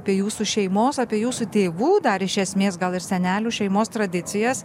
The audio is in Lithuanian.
apie jūsų šeimos apie jūsų tėvų dar iš esmės gal ir senelių šeimos tradicijas